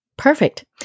Perfect